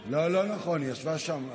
לא נכון, היא ישבה שם.